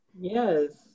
Yes